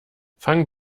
fang